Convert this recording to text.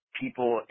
people